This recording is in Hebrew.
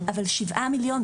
אבל שבעה מיליון,